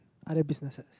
other businesses